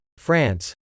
France